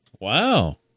Wow